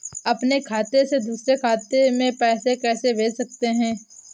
अपने खाते से दूसरे खाते में पैसे कैसे भेज सकते हैं?